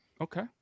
Okay